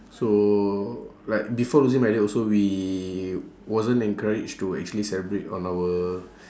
so like before losing my dad also we wasn't encouraged to actually celebrate on our